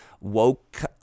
woke